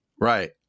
Right